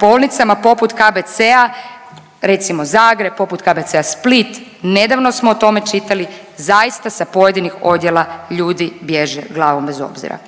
bolnicama poput KBC, recimo Zagreb, poput KBC-a Split nedavno smo o tome čitali zaista sa pojedinih odjela ljudi bježe glavom bez obzira.